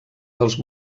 dels